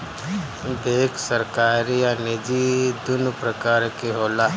bank सरकारी आ निजी दुनु प्रकार के होला